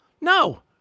No